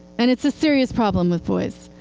and it's a serious problem with boys.